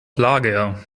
lager